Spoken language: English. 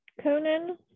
Conan